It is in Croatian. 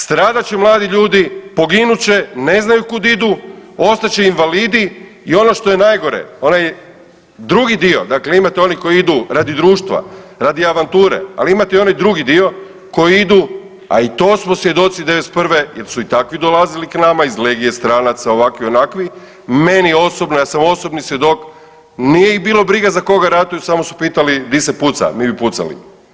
Stradat će mladi ljudi, poginut će, ne znaju kud idu, ostat će invalidi i ono što je najgore onaj drugi dio, dakle imate oni koji idu radi društva, radi avanture, ali imate i onaj drugi dio koji idu, a i to smo svjedoci '91. jel su i takvi dolazili k nama iz Legije stranaca, ovakvi, onakvi, meni osobno ja sam osobni svjedok nije ih bilo briga za koga ratuju, samo su pitali di se puca, mi bi pucali.